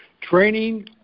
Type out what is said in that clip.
training